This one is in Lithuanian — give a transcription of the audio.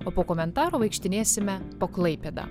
o po komentaro vaikštinėsime po klaipėdą